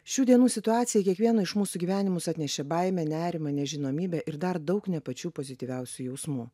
šių dienų situacija į kiekvieno iš mūsų gyvenimus atnešė baimę nerimą nežinomybę ir dar daug ne pačių pozityviausių jausmų